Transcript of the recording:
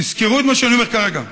תזכרו את מה שאני אומר כרגע,